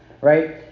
right